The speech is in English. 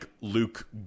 Luke